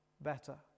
better